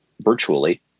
virtually